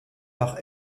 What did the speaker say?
par